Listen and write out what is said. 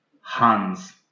Hans